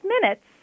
minutes